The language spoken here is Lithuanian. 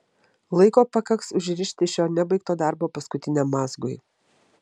laiko pakaks užrišti šio nebaigto darbo paskutiniam mazgui